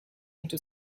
into